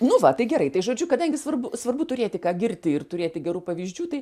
nu va tai gerai tai žodžiu kadangi svarbu svarbu turėti ką girti ir turėti gerų pavyzdžių tai